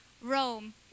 Rome